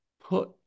put